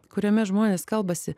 kuriame žmonės kalbasi